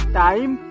time